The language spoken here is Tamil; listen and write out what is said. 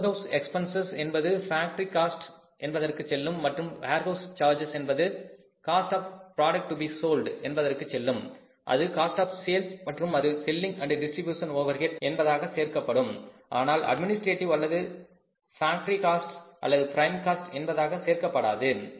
ஸ்டோர் ஹவுஸ் எக்பென்சஸ் என்பது ஃபேக்டரி காஸ்ட் என்பதற்கு செல்லும் மற்றும் வேர்ஹவுஸ் சார்ஜஸ் என்பது cost of product to be sold என்பதற்கு செல்லும் அது காஸ்ட் ஆப் சேல்ஸ் மற்றும் அது selling and distribution overhead Selling Distribution Overheads என்பதாக சேர்க்கப்படும் ஆனால் அட்மினிஸ்டரேட்டிவ் அல்லது ஃபேக்டரி காஸ்ட் அல்லது பிரைம் காஸ்ட் என்பதாக சேர்க்கப்படாது